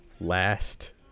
last